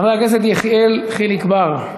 חבר הכנסת יחיאל חיליק בר,